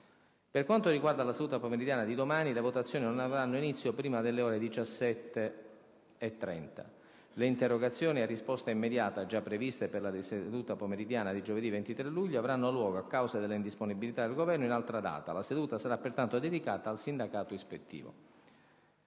Per quanto riguarda la seduta pomeridiana di domani, le votazioni non avranno inizio prima delle ore 17,30. Le interrogazioni a risposta immediata, gia previste per la seduta pomeridiana di giovedı23 luglio, avranno luogo – a causa della indisponibilita del Governo – in altra data. La seduta sarapertanto dedicata agli altri